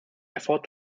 effort